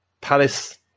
Palace